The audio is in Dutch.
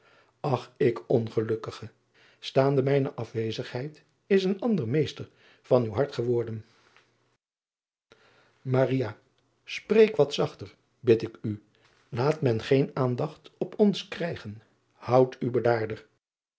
ch ik ongelukkige staande mijne afwezendheid is een ander meester van uw hart geworden preek wat zachter bid ik u aat men geen aandacht op ons krijgen houd u